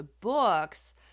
books